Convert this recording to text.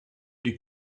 die